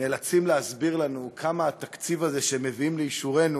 נאלצים להסביר לנו כמה התקציב הזה שהם מביאים לאישורנו